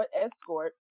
escort